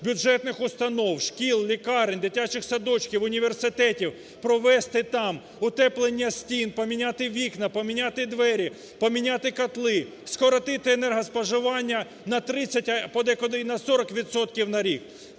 бюджетних установ, шкіл, лікарень, дитячих садочків, університетів провести там утоплення стін, поміняти вікна, поміняти двері, поміняти котли, скоротити енергоспоживання на 30, а